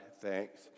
thanks